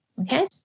okay